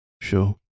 sure